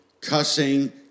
cussing